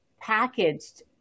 packaged